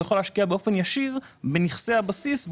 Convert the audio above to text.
יכול להשקיע באופן ישיר בנכסי הבסיס.